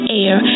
air